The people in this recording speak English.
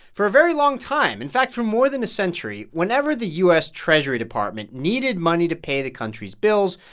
for a very long time in fact, for more than a century whenever the u s. treasury department needed money to pay the country's bills,